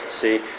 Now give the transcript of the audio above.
see